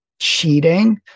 cheating